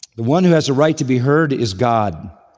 the one who has a right to be heard is god.